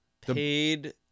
paid